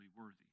worthy